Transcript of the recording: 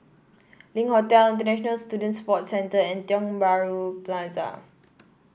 Link Hotel International Student Support Centre and Tiong Bahru Plaza